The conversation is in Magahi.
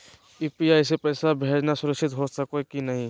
यू.पी.आई स पैसवा भेजना सुरक्षित हो की नाहीं?